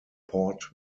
port